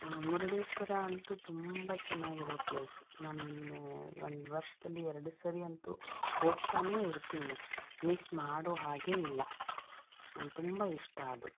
ಮುರುಡೇಶ್ವರ ಅಂತು ತುಂಬ ಚೆನ್ನಾಗಿರೋ ಪ್ಲೇಸು ನಾನು ಒಂದು ವರ್ಷದಲ್ಲಿ ಎರಡು ಸರಿ ಅಂತು ಹೋಗ್ತಾನೆ ಇರ್ತೀನಿ ಮಿಸ್ ಮಾಡೋ ಹಾಗೆ ಇಲ್ಲ ನನಗ್ ತುಂಬ ಇಷ್ಟ ಅದು